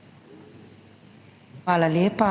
Hvala lepa.